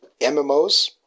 MMOs